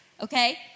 okay